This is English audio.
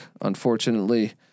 Unfortunately